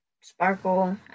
sparkle